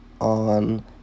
on